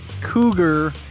cougar